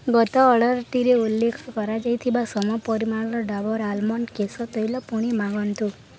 ଗତ ଅର୍ଡ଼ର୍ଟିରେ ଉଲ୍ଲେଖ କରାଯାଇଥିବା ସମ ପରିମାଣର ଡାବର୍ ଆଲମଣ୍ଡ୍ କେଶ ତୈଳ ପୁଣି ମଗାନ୍ତୁ